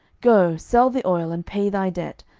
go, sell the oil, and pay thy debt,